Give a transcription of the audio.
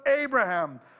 Abraham